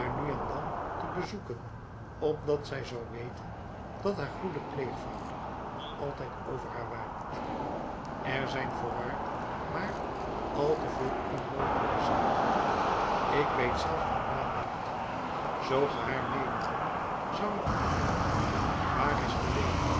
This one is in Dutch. nu en dan te bezoeken opdat zij zou weten dat haar goede pleegvader nog altijd over haar waakt er zijn voorwaar maar al te veel onmogelijke zaken ik weet zelfs uw naam niet zoo ge haar medenaamt zou ik moeten vragen waar is de leeuwerik